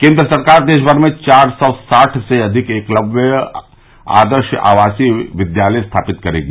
केन्द्र सरकार देशभर में चार सौ साठ से अधिक एकलव्य आदर्श आवासीय विद्यालय स्थापित करेगी